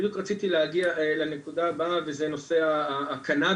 בדיוק רציתי להגיע לנקודה הבאה וזה נושא הקנביס